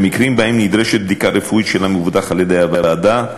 במקרים שבהם נדרשת בדיקה רפואית של המבוטח על-ידי הוועדה,